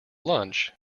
lunch